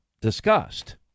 discussed